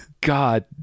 god